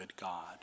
God